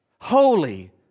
holy